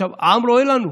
העם רואה לנו,